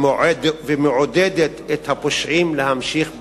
ומעודדים את הפושעים להמשיך במעשיהם.